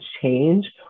change